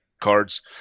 cards